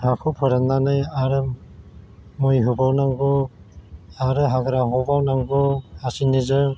हाखौ फोराननानै आरो मै होबावनांगौ आरो हाग्रा हबावनांगौ हासिनिजों